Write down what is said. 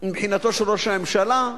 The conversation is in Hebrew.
מבחינתו של ראש הממשלה,